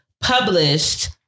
published